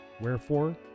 wherefore